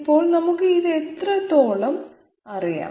അപ്പോൾ നമുക്ക് ഇത് എത്രത്തോളം അറിയാം